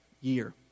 year